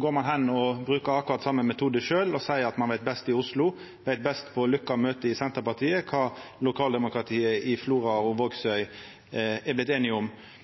går ein hen og bruker akkurat same metode sjølv og seier at ein veit best i Oslo, veit best på lukka møte i Senterpartiet, kva lokaldemokratiet i Flora og Vågsøy er vorte einige om.